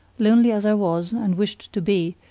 lonely as i was, and wished to be,